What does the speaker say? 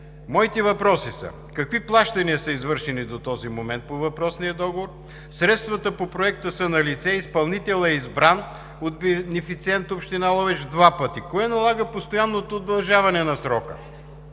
Моите въпроси са: какви плащания са извършени до този момент по въпросния договор? Средствата по Проекта са налице, изпълнителят е избран от бенефициента Община Ловеч два пъти. Кое налага постоянното удължаване на срока?